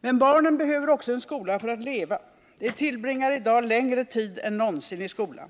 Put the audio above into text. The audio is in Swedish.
Men barnen behöver också en skola för att leva. De tillbringar i dag längre tid än någonsin i skolan.